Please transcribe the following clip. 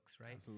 right